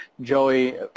Joey